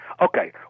Okay